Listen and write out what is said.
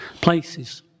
Places